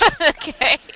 Okay